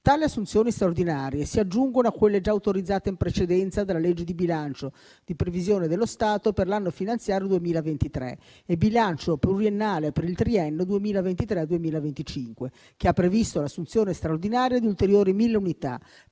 Tali assunzioni straordinarie si aggiungono a quelle già autorizzate in precedenza dalla legge di bilancio di previsione dello Stato per l'anno finanziario 2023 e bilancio pluriennale per il triennio 2023-2025, che ha previsto l'assunzione straordinaria di ulteriori 1.000 unità